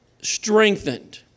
strengthened